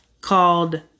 called